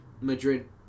Madrid